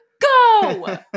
go